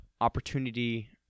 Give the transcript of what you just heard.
opportunity